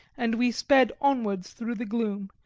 and we sped onwards through the gloom,